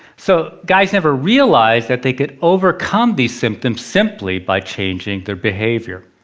so guys never realise that they could overcome these symptoms simply by changing their behaviour.